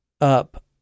up